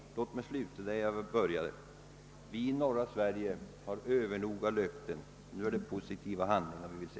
Låt mig, herr talman, sluta där jag började: Vi i norra Sverige har övernog av löften. Nu är det positiva handlingar vi vill se.